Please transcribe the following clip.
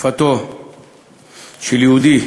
תקיפתו של יהודי,